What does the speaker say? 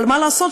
אבל מה לעשות,